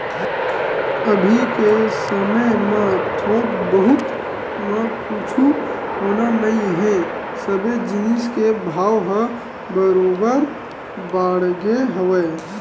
अभी के समे म थोक बहुत म कुछु होना नइ हे सबे जिनिस के भाव ह बरोबर बाड़गे हवय